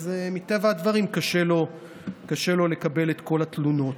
מטבע הדברים קשה לו לקבל את כל התלונות.